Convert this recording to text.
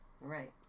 Right